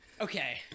okay